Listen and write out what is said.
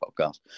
podcast